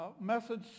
message